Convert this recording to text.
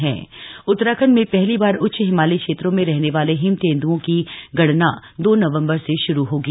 him तेंदा उत्तराखंड में हली बार उच्च हिमालयी क्षेत्रों में रहने वाले हिम तेंद्ओं की गणना दो नवंबर से शुरू होगी